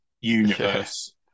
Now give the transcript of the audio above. universe